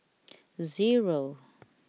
zero